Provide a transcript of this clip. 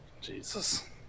Jesus